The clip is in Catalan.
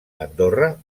andorra